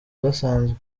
udasanzwe